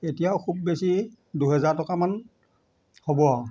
এতিয়াও খুব বেছি দুহেজাৰ টকামান হ'ব আৰু